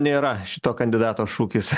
nėra šito kandidato šūkis